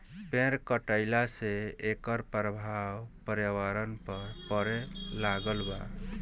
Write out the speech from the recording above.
पेड़ कटईला से एकर प्रभाव पर्यावरण पर पड़े लागल बा